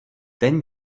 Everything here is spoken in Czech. ten